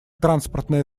транспортное